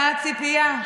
מה הציפייה?